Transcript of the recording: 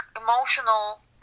emotional